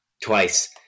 twice